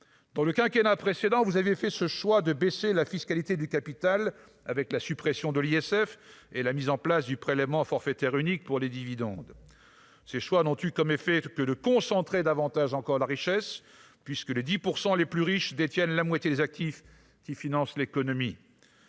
dans le quinquennat précédent, vous avez fait ce choix de baisser la fiscalité du capital avec la suppression de l'ISF et la mise en place du prélèvement forfaitaire unique pour les dividendes ces choix n'ont eu comme effet que de concentrer davantage encore la richesse, puisque les 10 % les plus riches détiennent la moitié des actifs qui financent l'économie